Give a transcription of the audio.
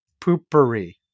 poopery